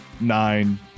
nine